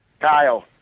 Kyle